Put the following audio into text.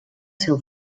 seu